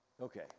okay